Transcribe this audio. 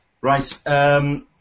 right